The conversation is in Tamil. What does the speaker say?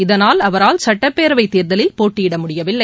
இதனால் அவரால் சுட்டப்பேரவை தேர்தலில் போட்டியிட முடியவில்லை